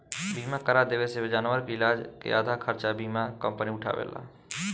बीमा करा देवे से जानवर के इलाज के आधा खर्चा बीमा कंपनी उठावेला